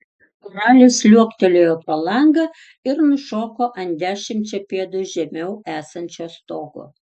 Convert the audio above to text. ralis liuoktelėjo pro langą ir nušoko ant dešimčia pėdų žemiau esančio stogo